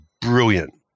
brilliant